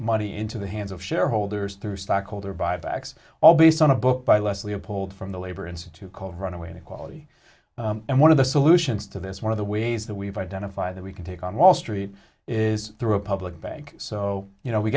money into the hands of shareholders through stockholder buybacks all based on a book by leslie a pulled from the labor institute called runaway to quality and one of the solutions to this one of the ways that we've identified that we can take on wall street is through a public bank so you know we